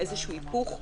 איזה היפוך.